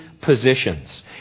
positions